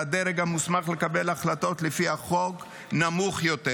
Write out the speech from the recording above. והדרג המוסמך לקבל החלטות לפי החוק נמוך יותר.